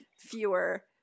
fewer